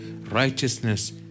Righteousness